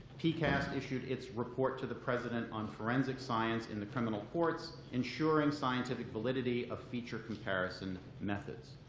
pcast issued its report to the president on forensic science in the criminal courts, ensuring scientific validity of feature comparison methods.